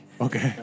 Okay